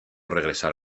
regresar